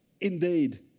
indeed